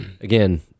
again